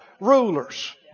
rulers